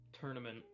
tournament